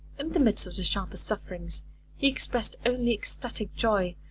in the midst of the sharpest sufferings he expressed only ecstatic joy,